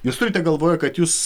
jūs turite galvoje kad jūs